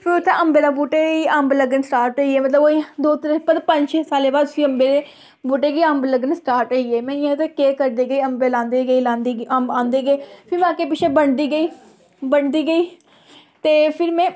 फ्ही उ'त्थें अंबें दे बूह्टे गी अंब लग्गने स्टार्ट होइये मतलब ओह् दो त्रैऽ पंज छेऽ सालें बाद अंबे दे बूह्टे गी अंब लग्गना स्टार्ट होइये ते में केह् करदे गे अंब लांदे गे लांदे गे अंब आंदे गे फ्ही में अग्गें पिच्छे बंडदी गेई बंडदी गेई ते फिर में